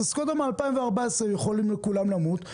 אז בסקודה מ-2014 יכולים כולם למות,